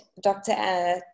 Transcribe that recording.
Dr